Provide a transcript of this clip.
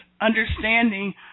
understanding